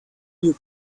new